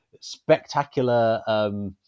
spectacular